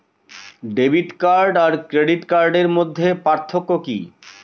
Debit card আর credit কার্ডের মধ্যে পার্থক্য কি?